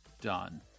Done